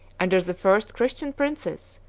under the first christian princes,